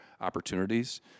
opportunities